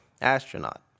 Astronaut